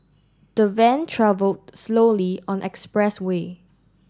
the van travelled slowly on expressway